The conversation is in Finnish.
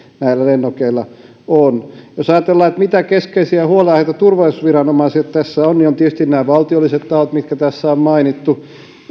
näillä lennokeilla on jos ajatellaan mitä keskeisiä huolenaiheita turvallisuusviranomaisille tässä on niin on tietysti nämä valtiolliset tahot mitkä tässä on mainittu